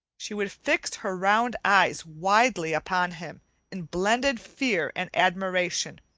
she would fix her round eyes widely upon him in blended fear and admiration.